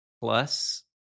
plus